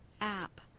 app